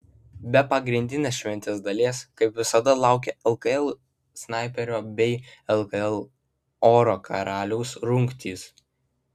be pagrindinės šventės dalies kaip visada laukia lkl snaiperio bei lkl oro karaliaus rungtys